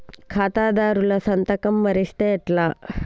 ఖాతాదారుల సంతకం మరిస్తే ఎట్లా?